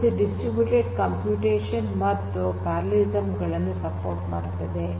ಇದು distributed computation ಮತ್ತು parallelism ಗಳನ್ನು ಬೆಂಬಲಿಸುತ್ತದೆ